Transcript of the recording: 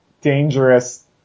dangerous